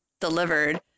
delivered